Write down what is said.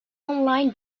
online